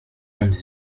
und